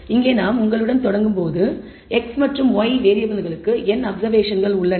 இங்கே நாங்கள் உங்களுடன் தொடங்கும்போது x மற்றும் y மாறிகளுக்கு n அப்சர்வேஷன்கள் உள்ளன